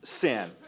sin